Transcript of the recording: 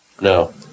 No